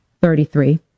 Thirty-three